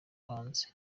hanze